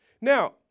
Now